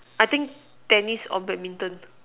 I think tennis or badminton